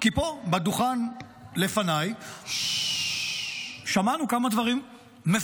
כי פה על הדוכן לפניי שמענו כמה דברים מפורשים.